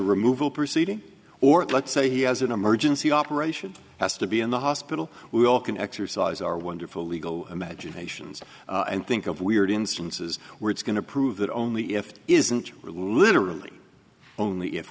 removal proceeding or let's say he has an emergency operation has to be in the hospital we all can exercise our wonderful legal imaginations and think of weird instances where it's going to prove that only if it isn't real literally only if